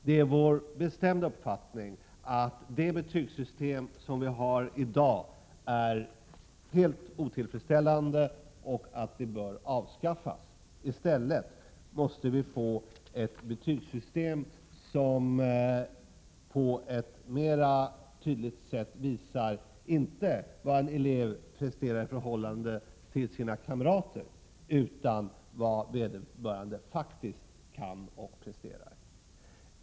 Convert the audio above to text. Det är vår bestämda uppfattning att det betygssystem som vi i dag har är helt otillfredsställande och bör avskaffas. Vi måste i stället för ett betygssystem som visar vad en elev presterar i förhållande till sina kamrater få ett system som bygger på vad vederbörande faktiskt kan och presterar.